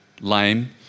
lame